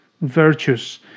virtues